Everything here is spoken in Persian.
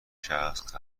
شخص